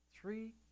three